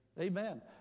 Amen